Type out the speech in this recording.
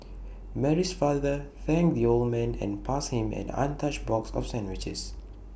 Mary's father thanked the old man and passed him an untouched box of sandwiches